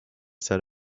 set